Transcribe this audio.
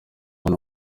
hano